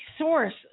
source